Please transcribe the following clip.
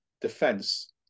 defense